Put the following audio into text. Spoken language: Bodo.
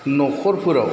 नखरफोराव